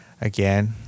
again